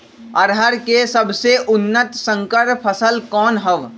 अरहर के सबसे उन्नत संकर फसल कौन हव?